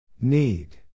Need